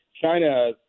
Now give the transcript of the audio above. China